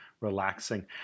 relaxing